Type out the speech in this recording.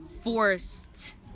forced